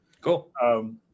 Cool